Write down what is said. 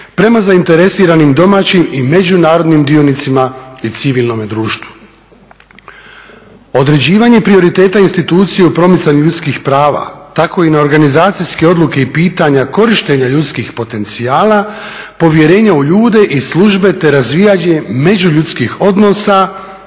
prema zainteresiranim domaćim i međunarodnim dionicima i civilnome društvu. Određivanje prioriteta institucije u promicanju ljudskih prava, tako i na organizacijske odluke i pitanja korištenja ljudskih potencijala, povjerenja u ljude i službe, te razvijanje međuljudskih odnosa